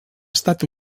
estat